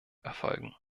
erfolgen